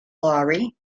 laurie